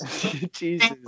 Jesus